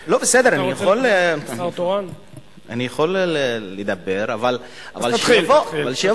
לא, בסדר, אני יכול לדבר, אבל שיבוא.